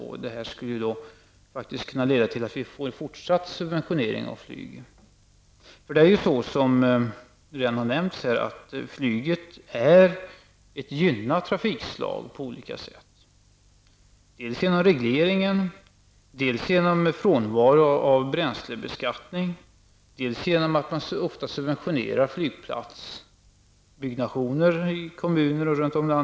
Då skulle det faktiskt kunna leda till att vi får en fortsatt subventionering av flyget. Som redan har nämnts här är flyget på olika sätt ett gynnat trafikslag i dag, dels genom regleringen, dels genom att det inte är behäftat med bränsleskatt, dels genom att flygplatsutbyggnader oftast subventioneras av kommuner.